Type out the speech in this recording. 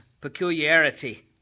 peculiarity